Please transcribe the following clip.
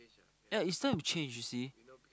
ya it's time to change you see